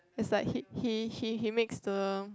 is like he he he makes the